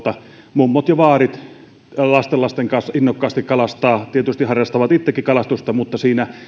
mummot ja vaarit lastenlasten kanssa innokkaasti kalastavat tietysti he harrastavat itsekin kalastusta mutta siinä on